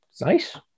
Nice